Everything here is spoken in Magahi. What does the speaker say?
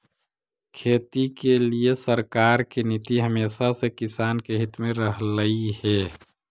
खेती के लिए सरकार की नीति हमेशा से किसान के हित में रहलई हे